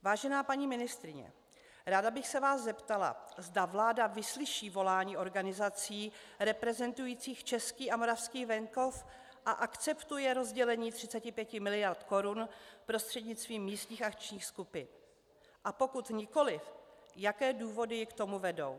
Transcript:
Vážená paní ministryně, ráda bych se vás zeptala, zda vláda vyslyší volání organizací reprezentujících český a moravský venkov a akceptuje rozdělení 35 mld. korun prostřednictvím místních akčních skupin, a pokud nikoliv, jaké důvody ji k tomu vedou.